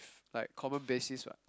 like common basis [what]